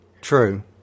True